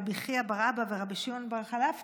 רבי חייא בר אבא ורבי שמעון בר-חלפתא,